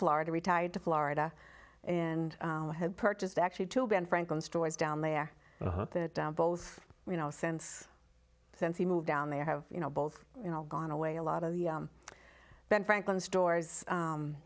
florida retired to florida and i had purchased actually two ben franklin stories down there that down both you know sense since he moved down there have you know both you know gone away a lot of the ben franklin stories